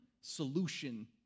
solution